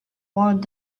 walked